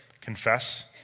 confess